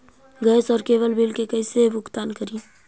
Gas और cable bill के कैसे भुगतान करी?